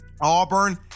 Auburn